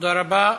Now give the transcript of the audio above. תודה רבה.